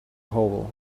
hole